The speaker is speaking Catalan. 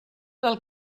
del